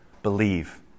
Believe